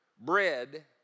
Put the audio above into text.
bread